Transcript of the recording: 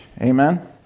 Amen